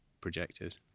projected